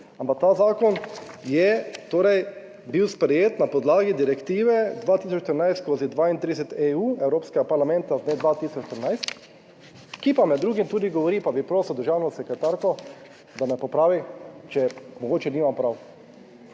ampak ta zakon je torej bil sprejet na podlagi direktive 2014/32EU Evropskega parlamenta z dne 2013, ki pa med drugim tudi govori, pa bi prosil državno sekretarko, da me popravi, če mogoče nimam prav.